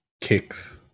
kicks